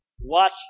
Watch